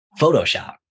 Photoshop